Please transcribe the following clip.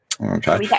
Okay